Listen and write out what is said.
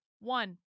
One